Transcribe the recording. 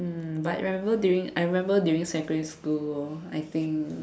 um but remember during I remember during secondary school I think